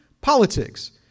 politics